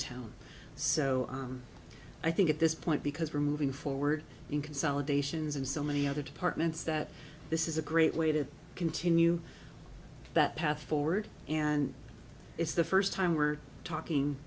town so i think at this point because we're moving forward in consolidations in so many other departments that this is a great way to continue that path forward and it's the first time we're talking